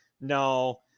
no